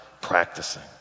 practicing